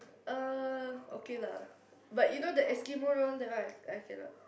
uh okay lah but you know the Eskimo roll that one I I cannot